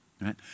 right